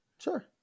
Sure